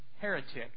heretic